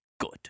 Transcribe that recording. Good